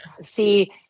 See